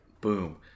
Boom